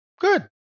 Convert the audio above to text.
Good